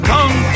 Kung